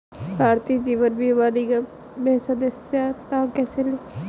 भारतीय जीवन बीमा निगम में सदस्यता कैसे लें?